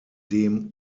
dem